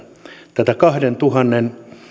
tätä kahdentuhannen